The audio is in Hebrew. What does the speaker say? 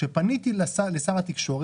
כשפניתי לשר התקשורת,